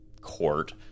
court